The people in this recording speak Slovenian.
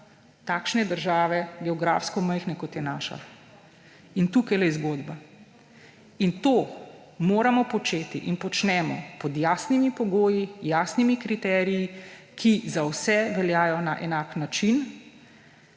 takšne države, geografsko majhne, kot je naša. In tukaj je zgodba in to moramo početi in počnemo pod jasnimi pogoji, jasnimi kriteriji, ki za vse veljajo na enak način,